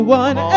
one